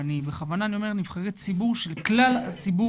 ובכוונה אני אומר נבחרי ציבור של כלל הציבור